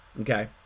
okay